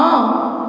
ହଁ